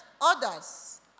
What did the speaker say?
others